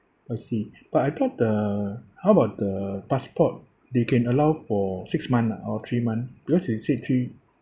I see but I thought the how about the passport they can allow for six month lah or three month because you said three